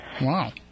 Wow